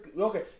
Okay